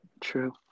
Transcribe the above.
true